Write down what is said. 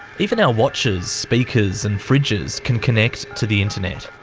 even our watches, speakers and fridges can connect to the internet.